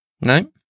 No